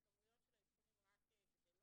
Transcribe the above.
הכמויות של האבחונים רק גדלים